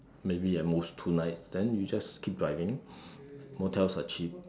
maybe at most two nights then you just keep driving motels are cheap